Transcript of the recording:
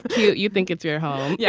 do you think it's your home. yeah